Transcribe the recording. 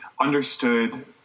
understood